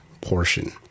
portion